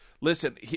listen